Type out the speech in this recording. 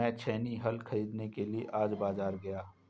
मैं छेनी हल खरीदने के लिए आज बाजार गया